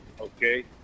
Okay